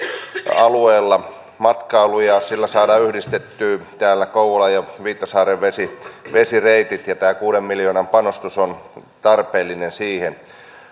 alueella ja sillä saadaan yhdistettyä kouvolan ja viitasaaren vesireitit vesireitit tämä kuuden miljoonan panostus on tarpeellinen siihen